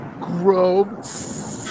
Grove